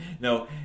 no